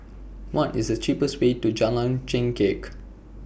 What IS The cheapest Way to Jalan Chengkek